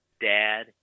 dad